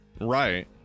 Right